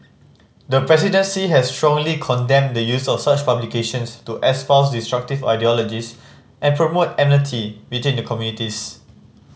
the presidency has strongly condemned the use of such publications to espouse destructive ideologies and promote enmity between the communities